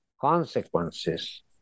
consequences